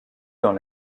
dans